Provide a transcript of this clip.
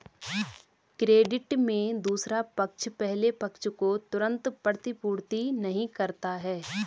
credit में दूसरा पक्ष पहले पक्ष को तुरंत प्रतिपूर्ति नहीं करता है